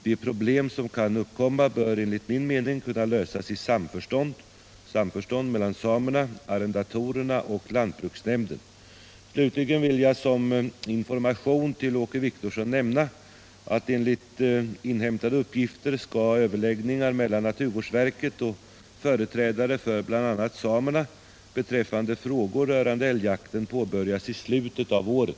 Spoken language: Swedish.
De problem som kan uppkomma bör enligt min mening kunna lösas i samförstånd mellan samerna, arrendatorerna och lantbruksnämnden. Slutligen vill jag som information till Åke Wictorsson nämna att enligt inhämtade uppgifter skall överläggningar mellan naturvårdsverket och företrädare för bl.a. samerna beträffande frågor rörande älgjakten påbörjas i slutet av året.